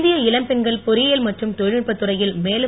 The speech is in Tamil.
இந்திய இளம்பெண்கள் பொறியியல் மற்றும் தொழில்நுட்பத் துறையில் மேலும்